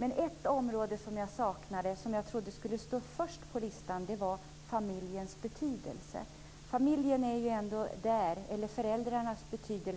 Men ett område som jag saknade, som jag trodde skulle stå först på listan, var familjens betydelse. Familjen eller föräldrarna,